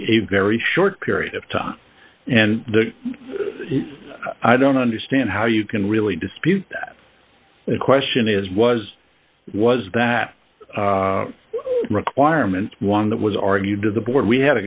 be a very short period of time and the i don't understand how you can really dispute that the question is was was that a requirement one that was argued to the board we